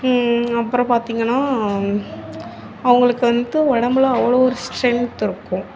அப்புறம் பார்த்திங்கன்னா அவங்களுக்கு வந்து உடம்புல அவ்வளோ ஒரு ஸ்ட்ரென்த் இருக்கும்